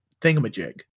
thingamajig